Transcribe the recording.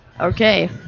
Okay